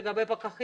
בוודאי.